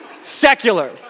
secular